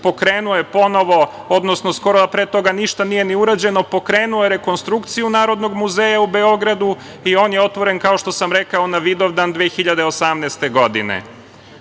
pokrenuo je ponovo, odnosno skoro, a pre toga ništa nije ni urađeno, pokrenuo je rekonstrukciju Narodnog muzeja u Beogradu i on je otvoren kao što sam rekao na Vidovdan 2018. godine. Posle